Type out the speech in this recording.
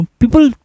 people